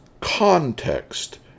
context